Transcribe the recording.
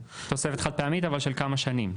אבל של כמה שנים,